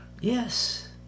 yes